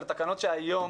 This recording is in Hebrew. אלה תקנות שהיום